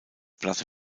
platte